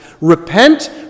Repent